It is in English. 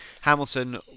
Hamilton